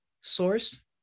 Source